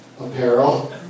Apparel